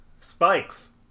Spikes